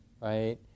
right